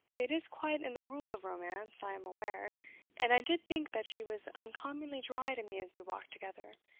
it is quite in the rule of romance, i am aware and i did think that she was uncommonly dry to me as we walked together,